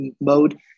mode